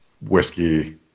whiskey